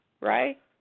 right